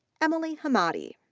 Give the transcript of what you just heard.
emily hamady,